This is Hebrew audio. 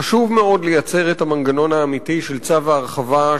חשוב מאוד לייצר את המנגנון האמיתי של צו ההרחבה,